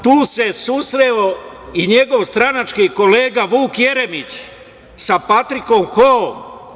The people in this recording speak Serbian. Tu se susreo i njegov stranački kolega Vuk Jeremić sa Patrikom Hoom.